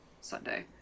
Sunday